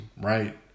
right